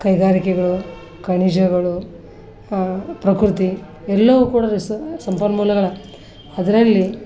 ಕೈಗಾರಿಕೆಗಳು ಖನಿಜಗಳು ಪ್ರಕೃತಿ ಎಲ್ಲವೂ ಕೂಡ ಸಂಪನ್ಮೂಲಗಳೇ ಅದರಲ್ಲಿ